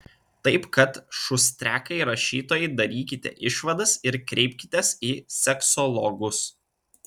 taip kad šustriakai rašytojai darykite išvadas ir kreipkitės į seksologus